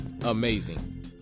amazing